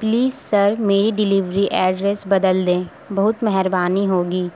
please sir میری delivery address بدل دیں بہت مہربانی ہوگی